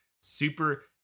Super